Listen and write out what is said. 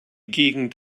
gegend